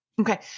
Okay